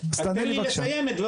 שאתה אומר שיש לך.